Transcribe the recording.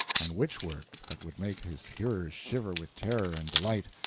and witch-work that would make his hearers shiver with terror and delight,